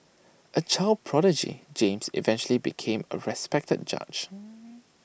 A child prodigy James eventually became A respected judge